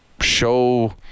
show